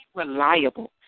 reliable